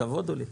כבוד הוא לי.